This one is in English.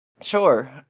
Sure